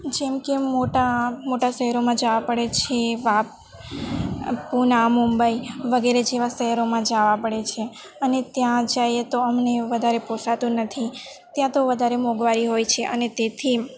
જેમકે મોટા મોટા શહેરોમાં જાવા પડે છે પૂના મુંબઈ વગેરે જેવા શહેરોમાં જાવા પડે છે અને ત્યાં જઈએ તો અમને વધારે પોસાતું નથી ત્યાં તો વધારે મોંઘવારી હોય છે અને તેથી